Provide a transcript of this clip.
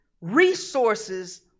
resources